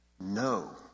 No